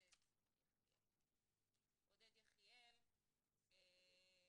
עודד יחיאל,